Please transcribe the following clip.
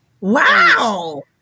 Wow